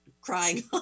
crying